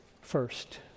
First